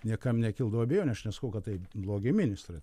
niekam nekiltų abejonių aš nesakau kad tai blogi ministrai